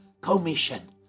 commission